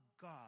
God